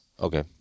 Okay